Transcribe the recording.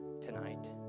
tonight